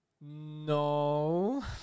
No